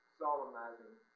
solemnizing